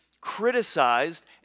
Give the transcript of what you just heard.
criticized